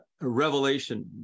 revelation